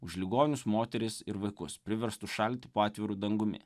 už ligonius moteris ir vaikus priverstus šalti po atviru dangumi